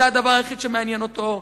זה הדבר היחיד שמעניין אותו.